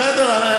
בסדר, בסדר.